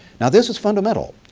now this is fundamental.